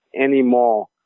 anymore